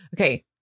Okay